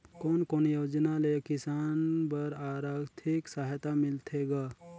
कोन कोन योजना ले किसान बर आरथिक सहायता मिलथे ग?